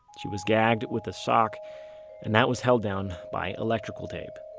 she was gagged with a sock and that was held down by electrical tape.